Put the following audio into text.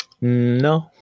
No